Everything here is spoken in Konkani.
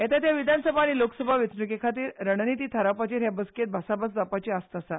येता त्या विधानसभा आनी लोकसभा वेंचणुके खातीर रणनिती थारावपाचेर हे बसकेंत भासाभास जावपाची आस्त आसा